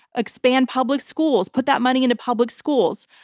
expand public schools, put that money into public schools.